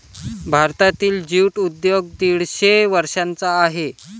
भारतातील ज्यूट उद्योग दीडशे वर्षांचा आहे